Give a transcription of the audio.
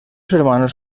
hermanos